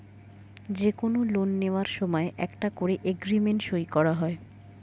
যে কোনো লোন নেয়ার সময় একটা করে এগ্রিমেন্ট সই করা হয়